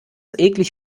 eklig